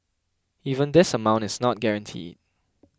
even this amount is not guaranteed